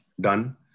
done